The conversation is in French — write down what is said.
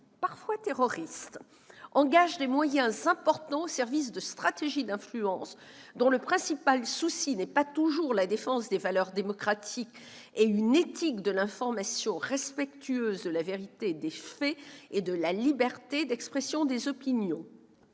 parfois terroristes -engagent des moyens importants au service de stratégies d'influence, dont le principal souci n'est pas toujours la défense des valeurs démocratiques et une éthique de l'information respectueuse de la vérité des faits et de la liberté d'expression des opinions.